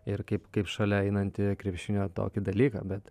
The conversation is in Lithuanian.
ir kaip kaip šalia einantį krepšinio tokį dalyką bet